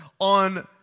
on